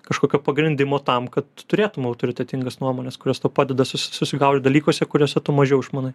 kažkokio pagrindimo tam kad turėtum autoritetingas nuomones kurios tau padeda susi susigaudyti dalykuose kuriuose tu mažiau išmanai